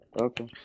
Okay